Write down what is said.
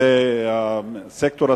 זה הסקטור הציבורי.